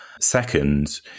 Second